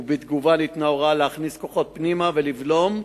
ובתגובה ניתנה הוראה להכניס כוחות פנימה ולבלום,